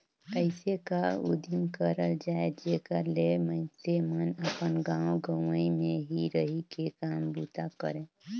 अइसे का उदिम करल जाए जेकर ले मइनसे मन अपन गाँव गंवई में ही रहि के काम बूता करें